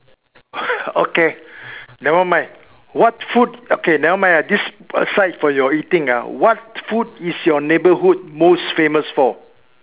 okay never mind what food okay never mind lah aside from your eating ah what food is your neighbourhood most famous for